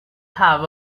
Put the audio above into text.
have